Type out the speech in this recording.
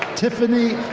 tiffany